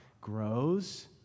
grows